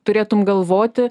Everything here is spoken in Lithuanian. turėtum galvoti